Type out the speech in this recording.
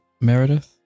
Meredith